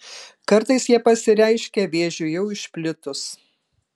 kartais jie pasireiškia vėžiui jau išplitus